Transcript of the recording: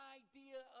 idea